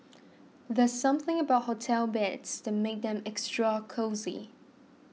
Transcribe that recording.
there's something about hotel beds that makes them extra cosy